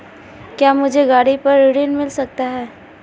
क्या मुझे गाड़ी पर ऋण मिल सकता है?